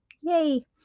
yay